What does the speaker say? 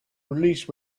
release